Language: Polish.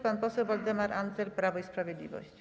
Pan poseł Waldemar Andzel, Prawo i Sprawiedliwość.